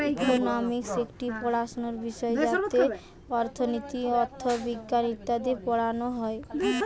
economics একটি পড়াশোনার বিষয় যাতে অর্থনীতি, অথবিজ্ঞান ইত্যাদি পড়ানো হয়